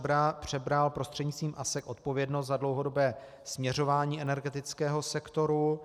Stát přebral prostřednictvím ASEK odpovědnost za dlouhodobé směřování energetického sektoru.